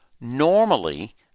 Normally